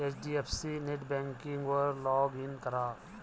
HDFC नेटबँकिंगवर log in करा